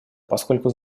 поскольку